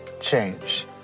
change